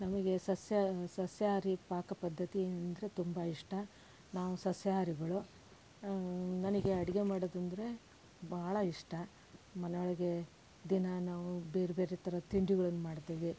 ನಮಗೆ ಸಸ್ಯ ಸಸ್ಯಹಾರಿ ಪಾಕ ಪದ್ದತಿ ಅಂದರೆ ತುಂಬ ಇಷ್ಟ ನಾವು ಸಸ್ಯಹಾರಿಗಳು ನನಗೆ ಅಡುಗೆ ಮಾಡೋದು ಅಂದರೆ ಭಾಳ ಇಷ್ಟ ಮನೆಯೊಳಗೆ ದಿನ ನಾವು ಬೇರೆ ಬೇರೆ ಥರ ತಿಂಡಿಗಳನ್ನು ಮಾಡ್ತೀವಿ